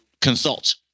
consult